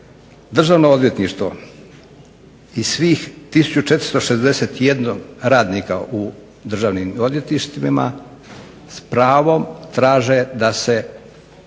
Državno odvjetništvo i svih 1461 radnika u državnim odvjetništvima s pravom traže da se